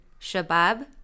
Shabab